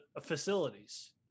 facilities